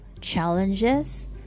challenges